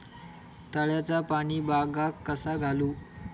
तळ्याचा पाणी बागाक कसा घालू?